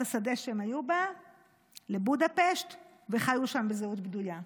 השדה שהם היו בו לבודפשט וחיו שם בזהות בדויה.